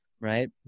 right